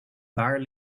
waar